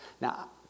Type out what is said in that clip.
Now